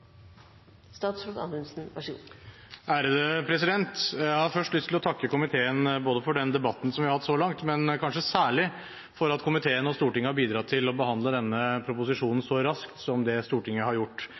Jeg har først lyst til å takke komiteen for den debatten vi har hatt så langt, men kanskje særlig for at komiteen og Stortinget har bidratt til å behandle denne proposisjonen så raskt som det Stortinget har gjort.